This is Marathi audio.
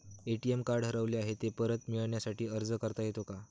ए.टी.एम कार्ड हरवले आहे, ते परत मिळण्यासाठी अर्ज करता येतो का?